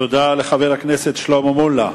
תודה לחבר הכנסת שלמה מולה.